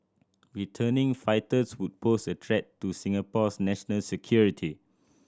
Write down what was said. returning fighters would pose a threat to Singapore's national security